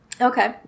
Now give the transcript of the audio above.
Okay